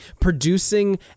producing